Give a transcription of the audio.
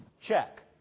Check